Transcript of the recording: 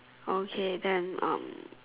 okay then um